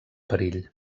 perill